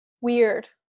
weird